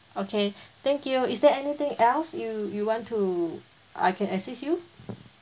okay thank you is there anything else you you want to I can assist you